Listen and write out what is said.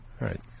right